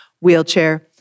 wheelchair